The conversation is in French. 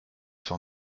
sur